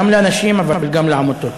גם לאנשים אבל גם לעמותות.